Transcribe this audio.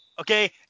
Okay